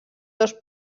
dos